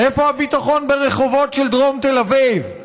איפה הביטחון ברחובות של דרום תל אביב?